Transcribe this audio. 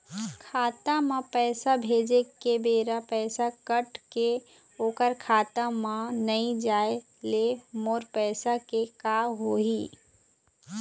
खाता म पैसा भेजे के बेरा पैसा कट के ओकर खाता म नई जाय ले मोर पैसा के का होही?